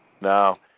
No